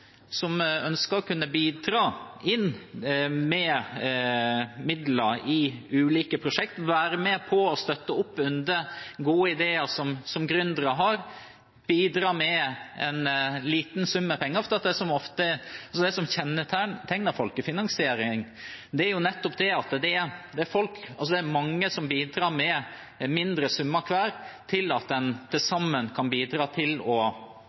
som ønsker å kunne bidra med midler i ulike prosjekter, og som ønsker å være med på å støtte opp under gode ideer som gründere har, og bidra med en liten sum penger. Det som kjennetegner folkefinansiering, er nettopp at det er mange som bidrar med mindre summer, slik at en til sammen kan få realisert prosjekter som ellers kanskje ikke hadde klart å